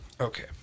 okay